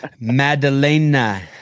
Madalena